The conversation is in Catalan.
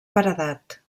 paredat